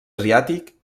asiàtic